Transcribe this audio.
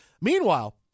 Meanwhile